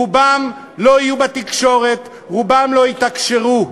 רובם לא יהיו בתקשורת, רובם לא יתקשרו.